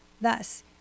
Thus